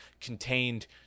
contained